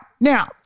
Now